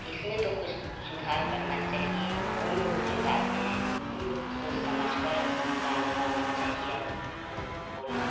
इसमें तो कुछ सुधार करना चाहिए उन लोगों जो गाते हैं उन लोग को सोच समझ कर गाना गाना चाहिए और और बोलना